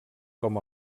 com